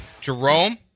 Jerome